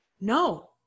No